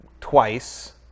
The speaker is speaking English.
twice